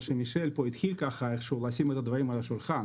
שמישל פה התחיל איכשהו לשים את הדברים על השולחן.